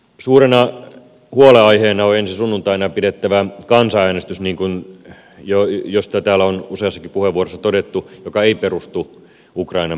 suurena huolenaiheena on ensi sunnuntaina pidettävä kansanäänestys josta täällä on useassakin puheenvuorossa todettu joka ei perustu ukrainan perustuslakiin